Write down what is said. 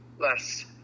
less